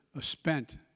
spent